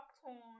popcorn